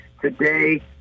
today –